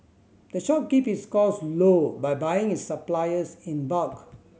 the shop keep its costs low by buying its supplies in bulk